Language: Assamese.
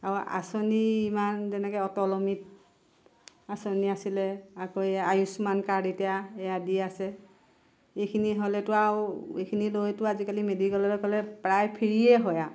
আৰু আচনি ইমান তেনেকৈ অটল অমৃত আচনি আছিলে আকৌ এই আয়ুস্মান কাৰ্ড এতিয়া এয়া দি আছে এইখিনি হ'লেটো আৰু এইখিনি লৈতো আজিকালি মেডিকেললৈ গ'লে প্ৰায় ফ্ৰীয়ে হয় আৰু